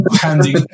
handing